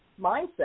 mindset